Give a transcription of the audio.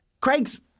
Craig's